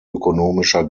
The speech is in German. ökonomischer